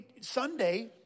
Sunday